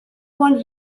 one